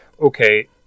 okay